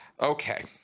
Okay